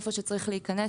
איפה צריך להיכנס,